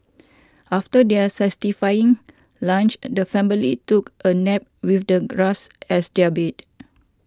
after their satisfying lunch the family took a nap with the grass as their bed